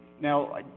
Now